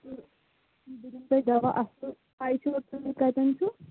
تہٕ بہٕ دِمہٕ تۄہہِ دوا اَصٕل پَے چھُوا کِلنِک کَتٮ۪ن چھُ